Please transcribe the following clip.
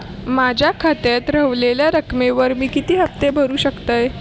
माझ्या खात्यात रव्हलेल्या रकमेवर मी किती हफ्ते भरू शकतय?